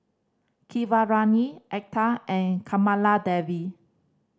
Keeravani Atal and Kamaladevi